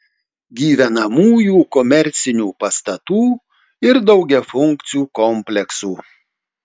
gyvenamųjų komercinių pastatų ir daugiafunkcių kompleksų